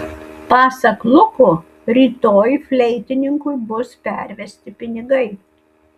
pasak luko rytoj fleitininkui bus pervesti pinigai